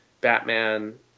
Batman